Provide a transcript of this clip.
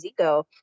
Zico